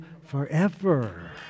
forever